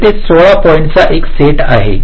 तेथे 16 पॉईंट्स चा एक सेट आहे